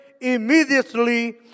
immediately